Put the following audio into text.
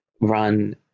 run